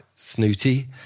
Snooty